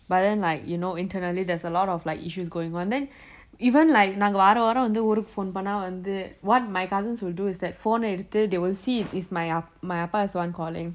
but then like you know internally there's a lot of like issues going on then even like நாங்க வார வாரம் ஊருக்கு வந்து:naanga vaara vaaram vanthu oorukku phone பண்ணா வந்து:panna vanthu what my cousins will do is that phone eh எடுத்து:edutthu they will see it is my அப்பா:appa is the one calling